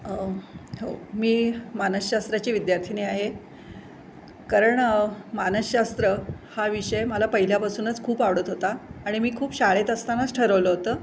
हो मी मानसशास्त्राची विद्यार्थिनी आहे कारण मानसशास्त्र हा विषय मला पहिल्यापासूनच खूप आवडत होता आणि मी खूप शाळेत असतानाच ठरवलं होतं